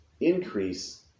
increase